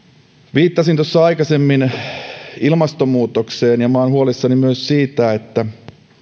viittasin tuossa aikaisemmin ilmastonmuutokseen ja olen huolissani myös siitä että